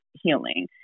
healing